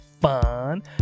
fun